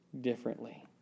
differently